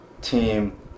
team